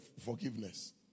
forgiveness